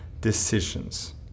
decisions